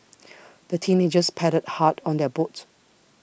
the teenagers paddled hard on their boat